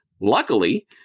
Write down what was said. Luckily